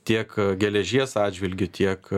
tiek geležies atžvilgiu tiek